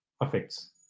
affects